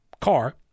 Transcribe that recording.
car